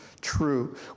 true